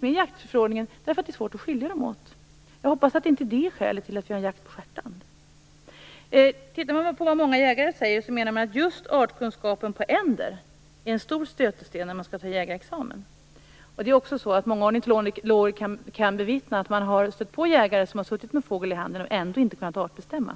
med i jaktförordningen därför att det är svårt att skilja dem åt. Jag hoppas att inte det är skälet till att vi har jakt på stjärtand. Många jägare menar att just artkunskapen när det gäller änder är en stor stötesten när man skall ta jägarexamen. Många ornitologer kan också bevittna att de har stött på jägare som suttit med en fågel i handen och ändå inte har kunnat artbestämma den.